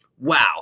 wow